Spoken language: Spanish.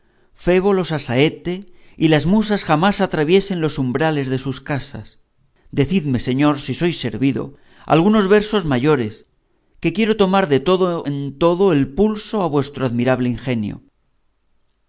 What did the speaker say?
febo los asaetee y las musas jamás atraviesen los umbrales de sus casas decidme señor si sois servido algunos versos mayores que quiero tomar de todo en todo el pulso a vuestro admirable ingenio